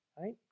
right